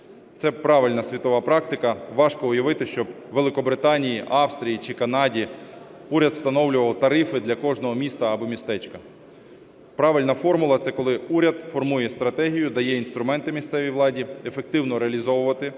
Це правильна світова практика. Важко уявити, щоб у Великобританії, Австрії чи Канаді уряд встановлював тарифи для кожного міста або містечка. Правильна формула – це, коли уряд формує стратегію, дає інструменти місцевій владі ефективно реалізовувати цю